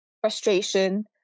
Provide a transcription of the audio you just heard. frustration